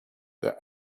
the